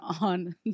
on